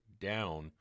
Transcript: down